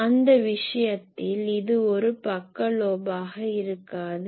எனவே அந்த விஷயத்தில் இது ஒரு பக்க லோபாக இருக்காது